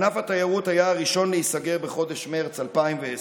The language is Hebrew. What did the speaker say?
ענף התיירות היה הראשון להיסגר בחודש מרץ 2020,